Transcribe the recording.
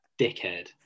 dickhead